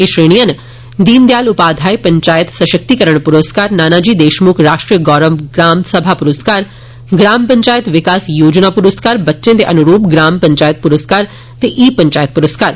ए श्रेणियां न दीनदयाल उपाध्याय पंचायत सशक्तीकरण प्रस्कार नानाजी देशम्ख राष्ट्रीय गौरव ग्रामसभा प्रस्कार ग्राम पंचायत विकास योजना प्रस्कार बच्चों के अन्रूप ग्राम पंचायत प्रस्कार और ईपंचायत प्रस्कार